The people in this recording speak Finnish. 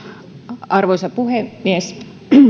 arvoisa puhemies